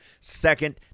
second